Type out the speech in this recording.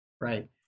right